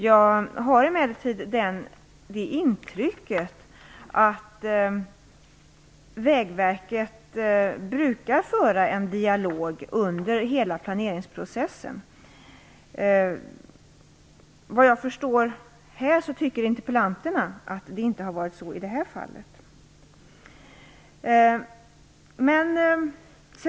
Jag har emellertid det intrycket att Vägverket brukar föra en dialog under hela planeringsprocessen. Vad jag förstår så tycker inte interpellanterna att så har skett i det här fallet.